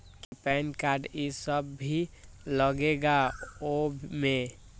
कि PAN card इ सब भी लगेगा वो में?